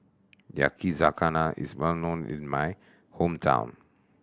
yakizakana is well known in my hometown